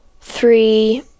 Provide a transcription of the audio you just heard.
three